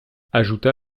ajouta